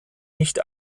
nicht